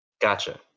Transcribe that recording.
Gotcha